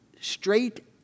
straight